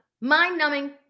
mind-numbing